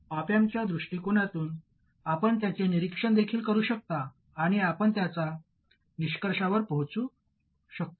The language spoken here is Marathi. ऑप अँपच्या दृष्टीकोनातून आपण त्याचे परीक्षण देखील करू शकता आणि आपण त्याच निष्कर्षावर पोहोचू शकता